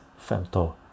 femto